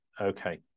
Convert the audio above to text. Okay